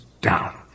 down